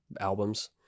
albums